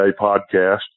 podcast